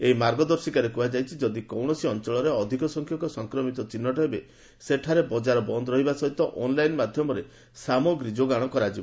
ଏହି ମାର୍ଗଦର୍ଶିକାରେ କୁହାଯାଇଛି ଯଦି କୌଣସି ଅଞ୍ଚଳରେ ଅଧିକ ସଂଖ୍ୟକ ସଂକ୍ରମିତ ଚିହ୍ନଟ ହେବେ ସେଠାରେ ବଜାର ବନ୍ଦ୍ ରହିବା ସହିତ ଅନ୍ଲାଇନ୍ ମାଧ୍ୟମରେ ସାମଗ୍ରୀ ଯୋଗାଣ କରାଯିବ